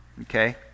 Okay